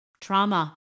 trauma